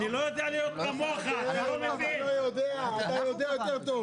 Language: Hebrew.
אתה לא יכול שתהיה בכלל הגבלה.